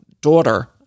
daughter